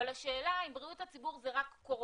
אבל השאלה אם בריאות הציבור זה רק קורונה,